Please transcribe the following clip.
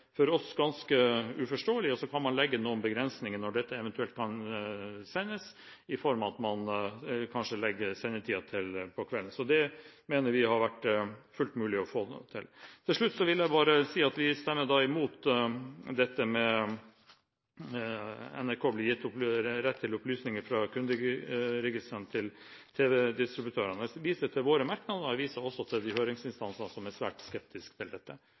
for oss ganske uforståelig. Man kan så legge noen begrensninger for når dette eventuelt kan sendes, i form av at man kanskje legger sendetiden til på kvelden. Så det mener vi hadde vært fullt mulig å få til. Til slutt vil jeg bare si at vi stemmer imot at NRK blir gitt rett til opplysninger fra kunderegistrene til tv-distributører. Jeg viser til våre merknader, og jeg viser også til de høringsinstansene som er svært skeptiske til dette.